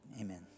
amen